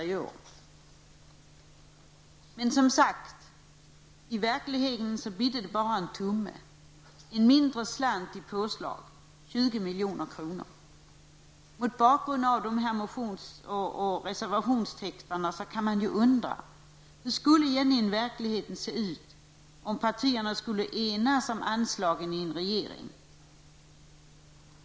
I verkligheten bidde det dock bara en tumme, en mindre slant i påslag, närmare bestämt 20 milj.kr. Mot bakgrund av dessa motions och reservationstexter kan man undra hur verkligheten egentligen skulle se ut om partierna i en regering enades om anslagen.